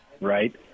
right